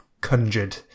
conjured